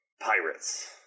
Pirates